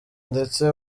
ndetse